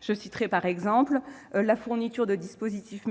Je citerai, par exemple, la fourniture de dispositifs